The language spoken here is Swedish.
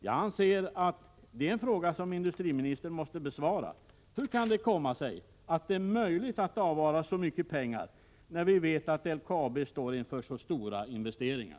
Jag anser att det är en fråga som industriministern måste besvara. Hur kan det komma sig att det är möjligt att avvara så mycket pengar, när vi vet att LKAB står inför stora investeringar?